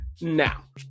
Now